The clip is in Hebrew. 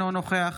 אינו נוכח